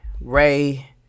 Ray